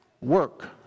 work